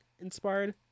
inspired